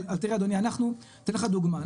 אבל תראה אדוני, אני אתן לך דוגמה.